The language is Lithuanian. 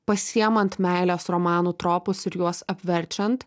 pasiimant meilės romanų tropus ir juos apverčiant